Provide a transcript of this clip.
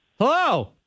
Hello